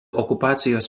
okupacijos